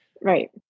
Right